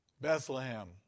Bethlehem